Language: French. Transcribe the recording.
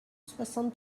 soixante